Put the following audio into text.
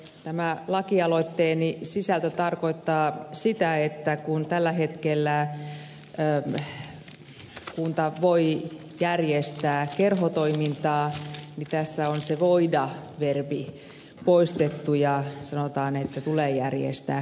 tämä lakialoitteeni sisältö tarkoittaa sitä että kun tällä hetkellä kunta voi järjestää kerhotoimintaa niin tässä on se voida verbi poistettu ja sanotaan että tulee järjestää kerhotoimintaa